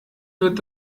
wird